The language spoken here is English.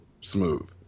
Smooth